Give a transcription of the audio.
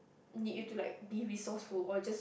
need you to like be resourceful or just